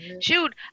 shoot